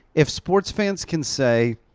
if sports fans can say,